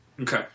Okay